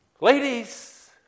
Ladies